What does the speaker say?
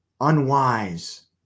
unwise